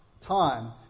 time